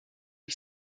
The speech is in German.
ich